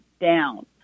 down